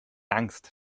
angst